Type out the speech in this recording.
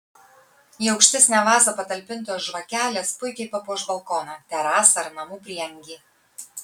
į aukštesnę vazą patalpintos žvakelės puikiai papuoš balkoną terasą ar namų prieangį